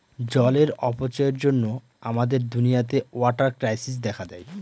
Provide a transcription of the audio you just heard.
জলের অপচয়ের জন্য আমাদের দুনিয়াতে ওয়াটার ক্রাইসিস দেখা দেয়